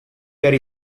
per